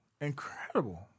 incredible